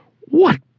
What